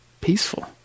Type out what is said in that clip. peaceful